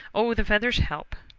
oh, the feathers help,